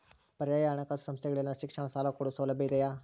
ಪರ್ಯಾಯ ಹಣಕಾಸು ಸಂಸ್ಥೆಗಳಲ್ಲಿ ಶಿಕ್ಷಣ ಸಾಲ ಕೊಡೋ ಸೌಲಭ್ಯ ಇದಿಯಾ?